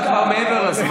זה מה שאתם מוכנים.